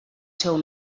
seu